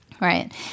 right